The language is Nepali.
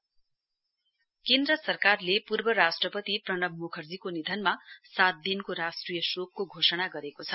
स्टेट माउर्निङ केन्द्र सरकारले पूर्व राष्ट्रपति प्रणव मुखर्जको निधनमा सात दिनको राष्ट्रिय शोकको घोषणा गरेको छ